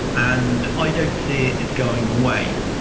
and i don't see it's going away.